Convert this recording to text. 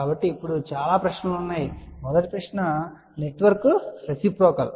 కాబట్టి ఇప్పుడు చాలా ప్రశ్నలు ఉన్నాయి మొదటి ప్రశ్న ఈ నెట్వర్క్ రెసిప్రోకల్